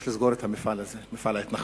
יש לסגור את המפעל הזה, מפעל ההתנחלויות.